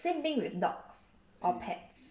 same thing with dogs or pets